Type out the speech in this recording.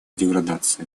деградации